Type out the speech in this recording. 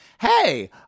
Hey